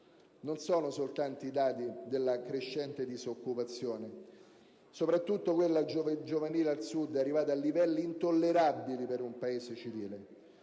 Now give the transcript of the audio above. Non sono soltanto i dati sulla crescente disoccupazione a preoccuparci (quella giovanile al Sud è arrivata a livelli intollerabili per un Paese civile);